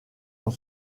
ont